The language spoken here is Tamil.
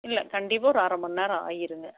இல்லை கண்டிப்பாக ஒரு அரை மணிநேரம் ஆயிடுங்க